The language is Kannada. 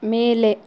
ಮೇಲೆ